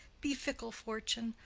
be fickle, fortune,